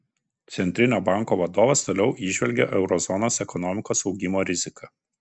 centrinio banko vadovas toliau įžvelgia euro zonos ekonomikos augimo riziką